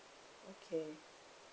okay